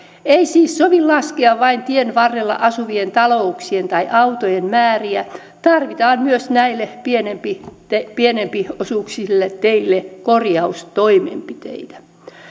ei siis sovi laskea vain tien varrella asuvien talouksien tai autojen määriä tarvitaan myös näille pienempiosuuksisille teille korjaustoimenpiteitä